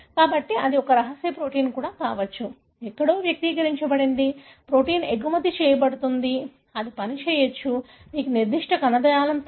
కాబట్టి అది ఒక రహస్య ప్రోటీన్ కూడా కావచ్చు ఎక్కడో వ్యక్తీకరించబడింది ప్రోటీన్ ఎగుమతి చేయబడుతుంది అది పనిచేయవచ్చు మీకు నిర్దిష్ట కణజాలం తెలుసు